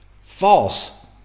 False